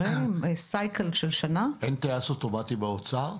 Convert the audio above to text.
מחזור של שנה --- אין טייס אוטומטי באוצר?